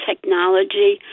technology